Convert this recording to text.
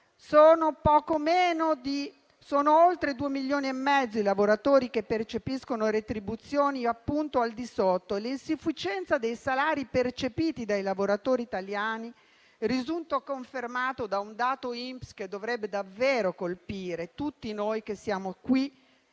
*dumping* salariale: sono oltre 2,5 milioni i lavoratori che percepiscono retribuzioni al di sotto. L'insufficienza dei salari percepiti dai lavoratori italiani risulta confermata da un dato INPS che dovrebbe davvero colpire tutti noi che siamo qui